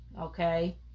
okay